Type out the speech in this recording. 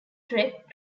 trek